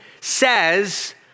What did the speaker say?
says